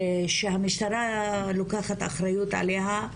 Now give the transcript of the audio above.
שהמשטרה לוקחת אחריות עליה,